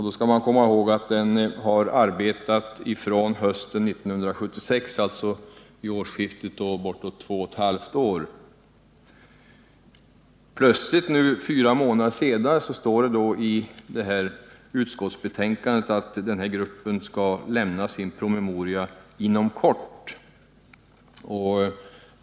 Då skall man komma ihåg att gruppen har arbetat från hösten 1976, dvs. räknat från årsskiftet, i bortåt 2,5 år. Plötsligt, fyra månader senare, står det i utskottsbetänkandet att gruppen skall lämna sin promemoria inom kort.